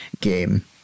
game